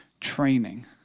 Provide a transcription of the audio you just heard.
training